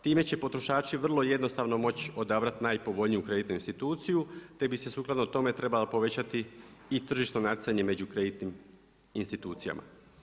Time će potrošači vrlo jednostavno moći odabrati najpovoljniju kreditnu instituciju, te bi se sukladno tome trebalo povećati i tržišno natjecanje među kreditnim institucijama.